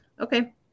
Okay